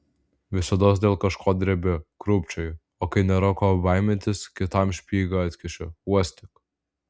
visados dėl kažko drebi krūpčioji o kai nėra ko baimintis kitam špygą atkiši uostyk